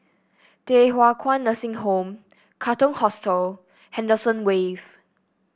Thye Hua Kwan Nursing Home Katong Hostel Henderson Wave